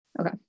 Okay